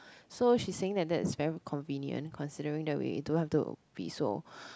so she's saying that that's very convenient considering that we don't have to be so